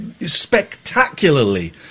spectacularly